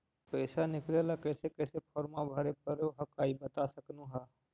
पैसा निकले ला कैसे कैसे फॉर्मा भरे परो हकाई बता सकनुह?